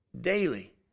daily